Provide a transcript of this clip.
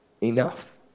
enough